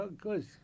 Good